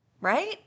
Right